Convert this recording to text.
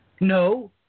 No